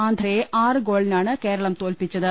ആന്ധ്രയെ ആറ് ഗോളിനാണ് കേരളം തോൽപിച്ചത്